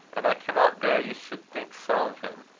and i cannot bear you should think so of him.